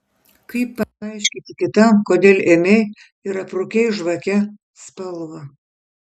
kaip paaiškinti kitam kodėl ėmei ir aprūkei žvake spalvą